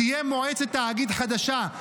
תהיה מועצת תאגיד חדשה.